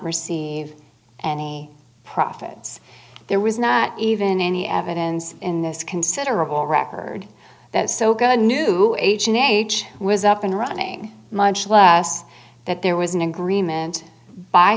receive any profits there was not even any evidence in this considerable record that so good a new age and age was up and running much less that there was an agreement by